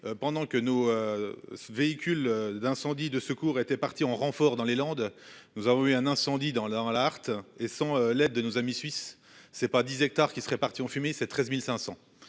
pendant que nos. Véhicules d'incendie de secours étaient partis en renfort dans les Landes. Nous avons eu un incendie dans le dans la art et sans l'aide de nos amis suisses. C'est pas 10 hectares qui seraient partis en fumée, c'est 13.500.